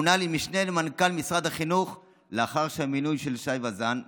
מונה למשנה למנכ"ל משרד החינוך לאחר שהמינוי של שי וזאן נכשל,